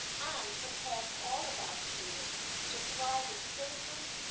and prepares all of our students to thrive as citizens,